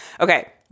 Okay